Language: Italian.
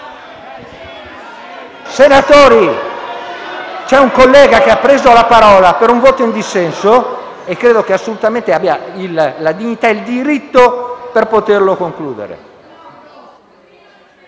Senatori, c'è un collega che ha preso la parola per un voto in dissenso e credo che abbia assolutamente la dignità e il diritto per poterlo concludere.